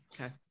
okay